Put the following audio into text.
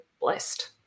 blessed